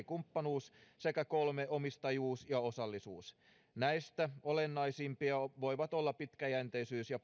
kumppanuus sekä kolme omistajuus ja osallisuus näistä olennaisimpia voivat olla pitkäjänteisyys ja